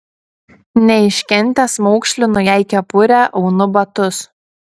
neiškentęs maukšlinu jai kepurę aunu batus